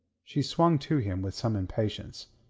she swung to him with some impatience,